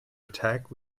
attack